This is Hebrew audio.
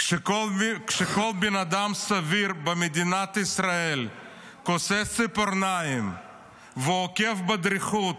כשכל בן אדם סביר במדינת ישראל כוסס ציפורניים ועוקב בדריכות